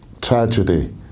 tragedy